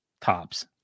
tops